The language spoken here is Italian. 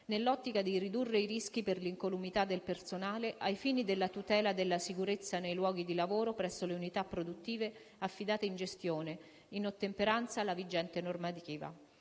nell'ottica di ridurre i rischi per l'incolumità del personale ai fini della tutela della sicurezza nei luoghi di lavoro presso le unità produttive affidate in gestione, in ottemperanza alla vigente normativa.